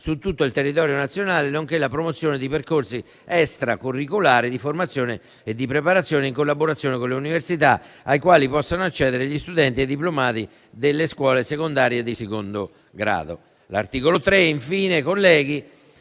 su tutto il territorio nazionale; nonché la promozione di percorsi extra curricolari di formazione e di preparazione in collaborazione con le università, ai quali possono accedere studenti diplomati delle scuole secondarie di secondo grado.